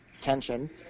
tension